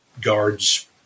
Guards